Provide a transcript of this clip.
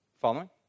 following